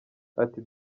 ati